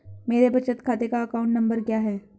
मेरे बचत खाते का अकाउंट नंबर क्या है?